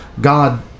God